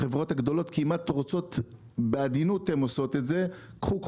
החברות הגדולות כמעט רוצות ועושות את זה בעדינות קחו,